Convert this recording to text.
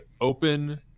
open